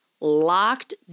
locked